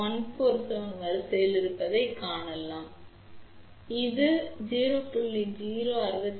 147 வரிசையில் இருப்பதைக் காணலாம் ஷன்ட் சுவிட்சுக்கு இது தொடர் ஷன்ட் செருகும் இழப்புக்கு 0